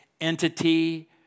entity